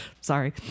Sorry